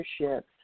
leadership